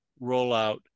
rollout